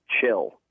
chill